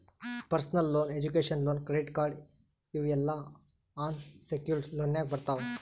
personal loan, education loan, credit card ಇವ್ ಎಲ್ಲಾ unsecured ಲೋನ್ನಾಗ್ ಬರ್ತಾವ್